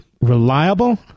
reliable